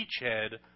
beachhead